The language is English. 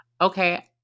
okay